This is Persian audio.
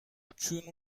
چون